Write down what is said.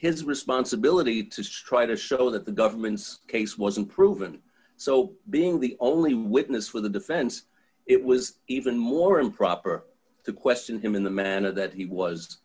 his responsibility to try to show that the government's case wasn't proven so being the only witness for the defense it was even more improper to question him in the manner that he was